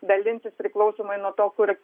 dalinsis priklausomai nuo to kur